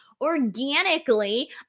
organically